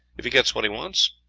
if he gets what he wants,